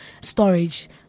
storage